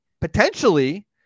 potentially